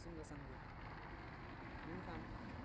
ᱤᱥᱤᱱ ᱵᱟᱥᱟᱝ ᱜᱮᱭᱟ ᱢᱮᱱᱠᱷᱟᱱ